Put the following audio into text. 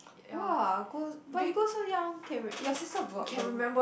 !wah! go but you go so young can you your sister got got go